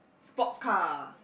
sports car